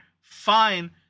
fine